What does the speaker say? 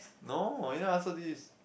no ya so this is